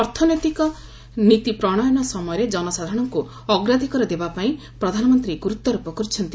ଅର୍ଥନୈତିକ ନୀତି ପ୍ରଣୟନ ସମୟରେ ଜନସାଧାରଣଙ୍କୁ ଅଗ୍ରାଧିକାର ଦେବାପାଇଁ ପ୍ରଧାନମନ୍ତ୍ରୀ ଗୁରୁତ୍ୱାରୋପ କରିଛନ୍ତି